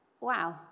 Wow